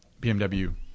bmw